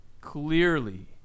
clearly